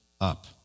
up